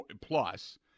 plus